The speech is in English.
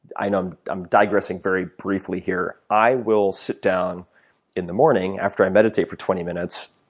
i know i'm i'm digressing very briefly here. i will sit down in the morning after i meditate for twenty minutes,